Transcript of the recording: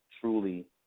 truly